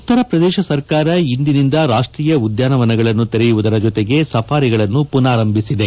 ಉತ್ತರ ಪ್ರದೇಶ ಸರ್ಕಾರ ಇಂದಿನಿಂದ ರಾಷ್ಟೀಯ ಉದ್ದಾನವನಗಳನ್ನು ತೆರೆಯುವುದರ ಜೊತೆಗೆ ಸಫಾರಿಗಳನ್ನು ಪುನರಾರಂಭಿಸಿದೆ